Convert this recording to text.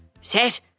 set